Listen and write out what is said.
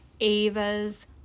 Ava's